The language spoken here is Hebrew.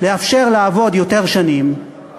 לאפשר לעבוד יותר שנים,